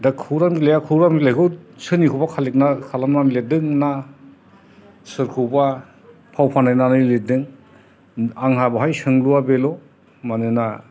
दा खौरां बिलाइया खौरां बिलाइखौ सोरनिखौबा खालेखना खालमनानै लिरदों ना सोरखौबा फाव फान्दायनानै लिरदों आंहा बाहाय सोंलुया बेल' मानोना